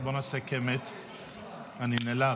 אני נאלץ,